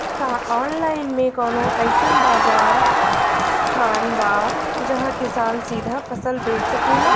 का आनलाइन मे कौनो अइसन बाजार स्थान बा जहाँ किसान सीधा फसल बेच सकेलन?